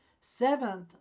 Seventh